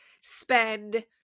spend